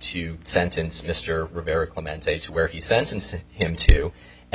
to sentence mr rivera clemente to where he sentenced him to and i